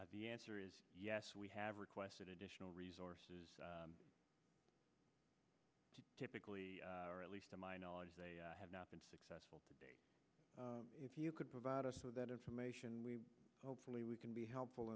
of the answer is yes we have requested additional resources typically or at least to my knowledge they have not been successful if you could provide us with that information we hopefully we can be helpful